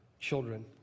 children